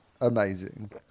amazing